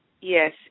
Yes